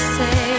say